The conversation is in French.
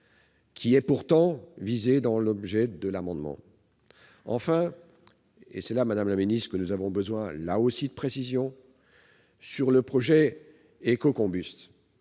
qui est pourtant visée dans l'objet de l'amendement. Enfin, et c'est là, madame la ministre, que nous avons encore besoin de précisions, concernant le projet Ecocombust,